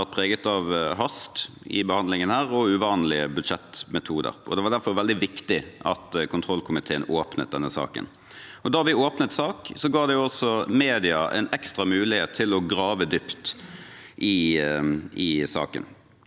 har vært preget av hast i behandlingen og uvanlige budsjettmetoder. Det var derfor veldig viktig at kontrollkomiteen åpnet denne saken. Da vi åpnet sak, ga det også mediene en ekstra mulighet til å grave dypt i saken.